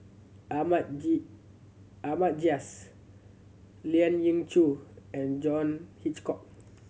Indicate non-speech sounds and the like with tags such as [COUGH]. Ahmad [UNINTELLIGIBLE] Ahmad Jais Lien Ying Chow and John Hitchcock